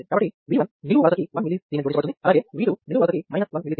కాబట్టి V1 నిలువ వరసకి 1mS జోడించబడుతోంది అలాగే V2 నిలువ వరసకి 1mS జోడించబడుతోంది